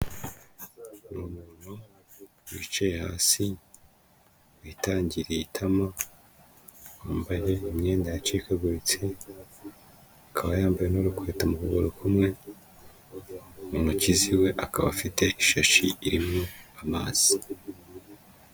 Ni umuntu wicaye hasi, witangiriye itama, wambaye imyenda yacikaguritse, akaba yambaye n'urukweto mu kuguru kumwe mu ntoki ziwe akaba afite ishashi irimo amazi.